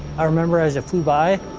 i remember as it flew by,